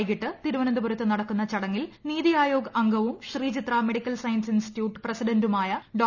വൈകിട്ട് തിരുവനന്തപുരത്ത് നടക്കുന്ന ചടങ്ങിൽ നിതി ആയോഗ് അംഗവും ശ്രീചിത്രാ മെഡിക്കൽ സയൻസസ് ഇൻസ്റ്റിറ്റ്യൂട്ട് പ്രസിഡന്റുമാണ്ട് ഡോ